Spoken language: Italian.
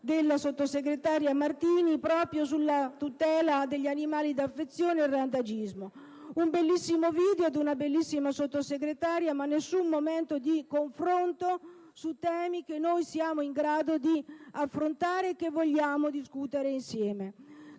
della sottosegretaria Martini proprio sulla tutela degli animali da affezione e sul randagismo: un bellissimo video e una bellissima Sottosegretaria, ma non vi è stato alcun momento di confronto su temi che noi siamo in grado di affrontare e che vogliamo discutere insieme.